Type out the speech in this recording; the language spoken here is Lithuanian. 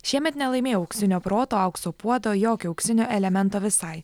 šiemet nelaimėjau auksinio proto aukso puodo jokio auksinio elemento visai